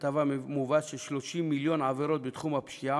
בכתבה מובא ש-30 מיליון עבירות בתחום הפשיעה